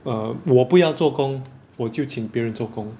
err 我不要做工我就请别人做工